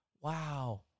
Wow